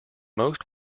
most